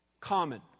common